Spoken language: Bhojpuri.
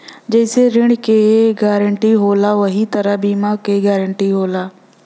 जइसे ऋण के गारंटी होला वही तरह बीमा क गारंटी होला